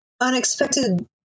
unexpected